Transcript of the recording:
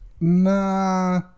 Nah